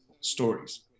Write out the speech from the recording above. stories